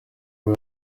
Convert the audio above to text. rwa